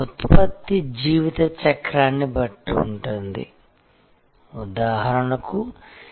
కాబట్టి ఉత్పత్తి జీవిత చక్రాలు సేవా జీవిత చక్రం యొక్క ప్రారంభ దశలో మీరు అభివృద్ధి చేసే సంబంధాలను హాక్స్ వలే తో కాపాడుకోండి